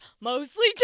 mostly